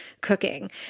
cooking